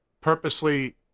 purposely